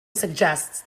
suggests